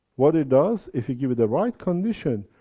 what it does, if you give it the right conditions,